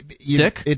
sick